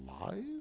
lies